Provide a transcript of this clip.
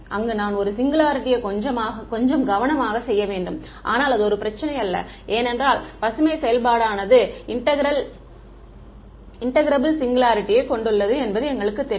அங்கு நான் சிங்குலாரிட்டியை கொஞ்சம் கவனமாக செய்ய வேண்டும் ஆனால் அது ஒரு பிரச்சனையல்ல ஏனென்றால் பசுமை செயல்பாடானது Green's function இன்டெக்ரெபெல் சிங்குலாரிட்டியை கொண்டுள்ளது என்பது எங்களுக்குத் தெரியும்